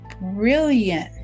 brilliant